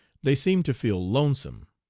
they seemed to feel lonesome.